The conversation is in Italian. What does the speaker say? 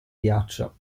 ghiaccio